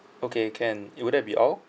okay can it would that be all